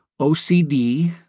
OCD